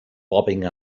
bobbing